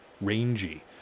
rangy